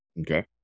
Okay